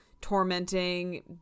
tormenting